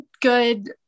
good